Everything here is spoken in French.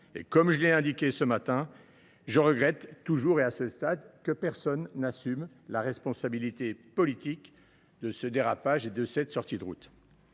Comme je l’ai indiqué ici même ce matin, je regrette toujours et à ce stade que personne n’assume la responsabilité politique de ce dérapage et de cette sortie de route.